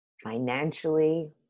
financially